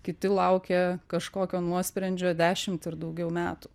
kiti laukia kažkokio nuosprendžio dešimt ir daugiau metų